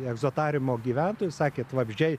egzotariumo gyventojus sakėt vabzdžiai